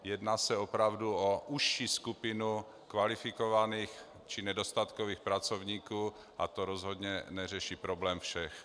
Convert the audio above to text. Jedná se opravdu o užší skupinu kvalifikovaných či nedostatkových pracovníků a to rozhodně neřeší problém všech.